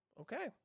Okay